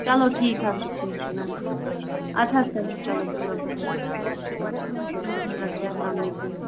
چلو ٹھیٖک حظ چھُ ٹھیٖک چھُ ادٕ حظ چَلو چَلو بِہِو رۄبَس حوالہٕ اَدٕ حظ ادٕ کیٛاہ اسلام علیکُم